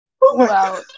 Wow